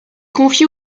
confié